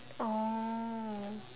oh